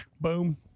Boom